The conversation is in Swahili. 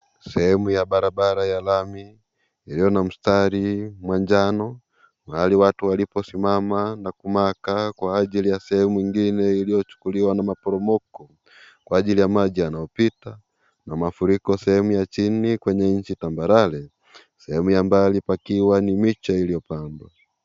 Sehemu ya barabara ya lami iliyo na mstari wa njano mahali watu waliposimama na kumaka kwa ajili ya sehemu ingine iliyochukuliwa na maporomoko kwa ajili ya maji yanayopita na mafuriko sehemu yachini kwenye nchi tabarare, sehemu ya mbali pakiwa ni miche iliyopandwa.